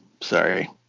sorry